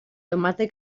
tomate